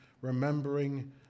remembering